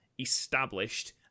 established